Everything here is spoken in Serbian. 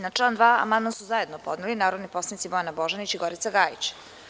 Na član 2. amandman su zajedno podneli narodni poslanici Bojana Božanić i Gorica Gajić.